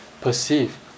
perceive